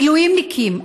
מילואימניקים,